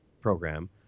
program